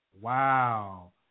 Wow